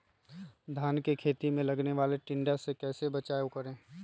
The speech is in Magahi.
धान के खेत मे लगने वाले टिड्डा से कैसे बचाओ करें?